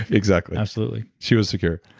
exactly absolutely she was secure.